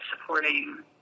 supporting